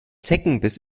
zeckenbiss